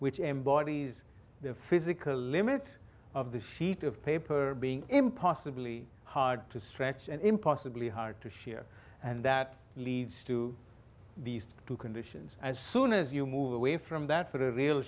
which embodies the physical limits of the sheet of paper being impossibly hard to stretch and impossibly hard to share and that leaves to be used to conditions as soon as you move away from that for a real